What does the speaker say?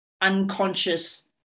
unconscious